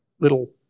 little